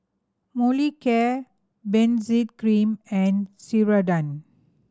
Molicare Benzac Cream and Ceradan